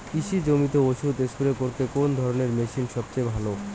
কৃষি জমিতে ওষুধ স্প্রে করতে কোন ধরণের মেশিন সবচেয়ে ভালো?